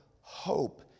hope